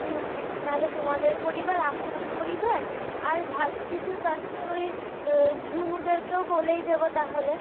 হুম তালে তোমাদের পরিবার আমাদের পরিবার আর ভাবছি যে পাশে ওই ঝুমুদেরকেও বলেই দেবো তাহলে